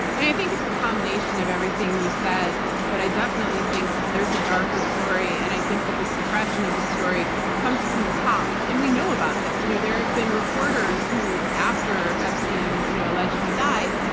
i think it's a combination of everything you said, but i definitely think there's a darker story and i think that the suppression of this story comes from the top. and we know about this. you know there have been reporters who, after epstein you know allegedly died,